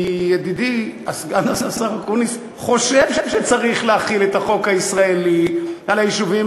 כי ידידי סגן השר אקוניס חושב שצריך להחיל את החוק הישראלי על היישובים